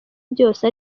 byose